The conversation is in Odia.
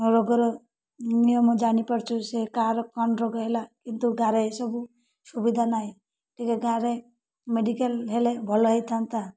ରୋଗର ନିୟମ ଜାଣିପାରୁଛୁ ସେ କାହାର କ'ଣ ରୋଗ ହେଲା କିନ୍ତୁ ଗାଁରେ ଏସବୁ ସୁବିଧା ନାହିଁ ଟିକେ ଗାଁରେ ମେଡ଼ିକାଲ ହେଲେ ଭଲ ହେଇଥାନ୍ତା